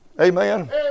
Amen